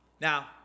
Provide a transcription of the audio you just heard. now